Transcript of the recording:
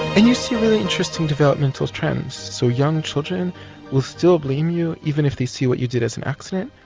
and you see really interesting developmental trends, so young children will still blame you even if they see what you did as an accident.